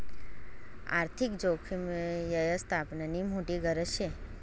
आर्थिक जोखीम यवस्थापननी मोठी गरज शे